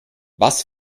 was